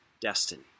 Destiny